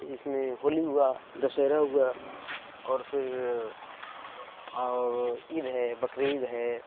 جس میں ہولی ہوا دسہرا ہوا اور پھر اور عید ہے بقرعید ہے